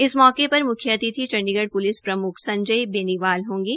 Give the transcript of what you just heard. इस मौके पर म्ख्य अतिथि चंडीगढ़ प्लिस प्रम्ख संजय बेनीवाल होंगे